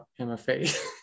MFA